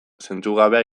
zentzugabea